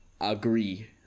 agree